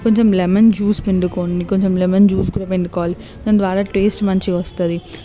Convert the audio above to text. కొంచెం lemon juice పిండుకొని కొంచెం లెమన్ జ్యూస్ కూడా పిండుకోవాలి దాని ద్వారా టేస్ట్ మంచిగ వస్తుంది